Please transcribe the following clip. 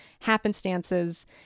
happenstances